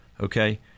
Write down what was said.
okay